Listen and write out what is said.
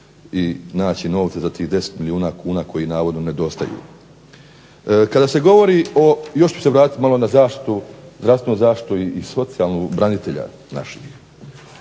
i naći novce za tih 10 milijuna kuna koji navodno nedostaju. Kada se govori o, još ću se vratiti malo na zaštitu, zdravstvenu zaštitu i socijalnu branitelja naših.